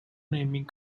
naming